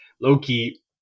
Loki